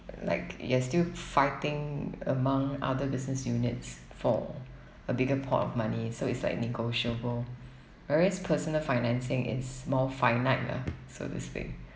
like you're still fighting among other business units for a bigger pot of money so it's like negotiable whereas personal financing it's more finite lah so to speak